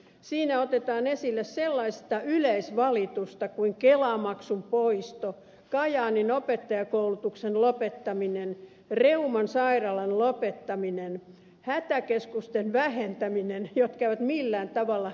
siinä otetaan esille sellaista yleisvalitusta kuin kelamaksun poisto kajaanin opettajankoulutuksen lopettaminen reuman sairaalan lopettaminen hätäkeskusten vähentäminen jotka eivät millään tavalla edusta maaseutupolitiikkaa